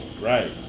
Right